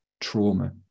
trauma